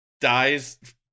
dies